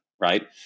right